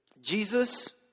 Jesus